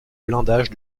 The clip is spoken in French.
blindage